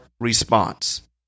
response